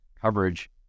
coverage